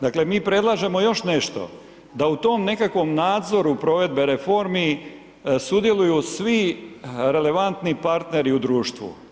Dakle, mi predlažemo još nešto, da u tom nekakvom nadzoru provedbe reformi sudjeluju svi relevantni partneri u društvu.